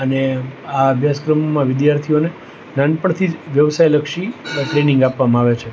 અને આ અભ્યાસક્રમમાં વિદ્યાર્થીઓને નાનપણથી જ વ્યવસાયલક્ષી ટ્રેનિંગ આપવામાં આવે છે